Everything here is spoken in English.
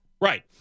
Right